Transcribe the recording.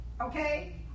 okay